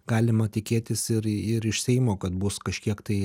galima tikėtis ir ir iš seimo kad bus kažkiek tai